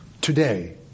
Today